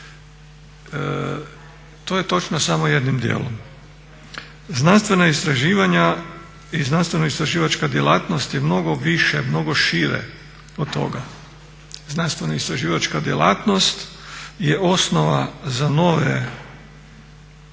To je točno samo jednim dijelom. Znanstvena istraživanja i znanstvenoistraživačka djelatnost je mnogo više, mnogo šire od toga. Znanstvenoistraživačka djelatnost je osnova za nove